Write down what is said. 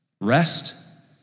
Rest